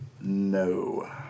No